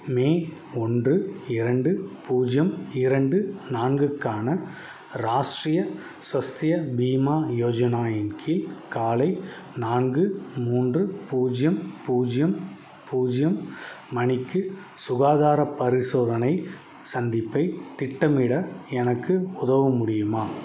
மே ஒன்று இரண்டு பூஜ்ஜியம் இரண்டு நான்கு க்கான ராஷ்டிரிய ஸ்வஸ்திய பீமா யோஜனா இன் கீழ் காலை நான்கு மூன்று பூஜ்ஜியம் பூஜ்ஜியம் பூஜ்ஜியம் மணிக்கு சுகாதாரப் பரிசோதனை சந்திப்பைத் திட்டமிட எனக்கு உதவ முடியுமா